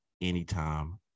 anytime